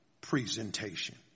presentation